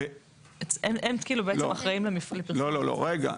בעצם, הם אחראים למפרטים --- לא, רגע.